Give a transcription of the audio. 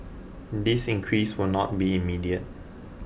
this increase will not be immediate